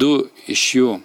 du iš jų